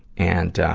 and, ah,